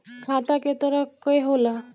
खाता क तरह के होला?